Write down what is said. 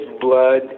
blood